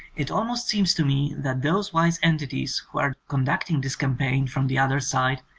it almost seems to me that those wise en tities who are conducting this campaign from the other side,